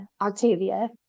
Octavia